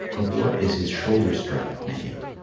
of what is his shoulder strap made?